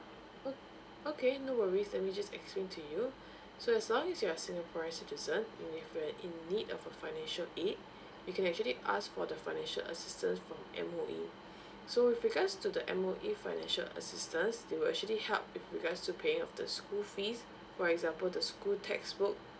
o~ okay no worries and we just explain to you so as long as you are singaporean citizen and if you are in need of a financial aid you can actually ask for the financial assistance from the M_O_E so with regards to the M_O_E financial assistance they will actually help with regards to paying off the school fees for example the school textbook